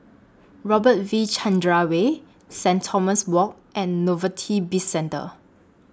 Robert V Chandran Way Saint Thomas Walk and Novelty Bizcentre